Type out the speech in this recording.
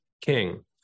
king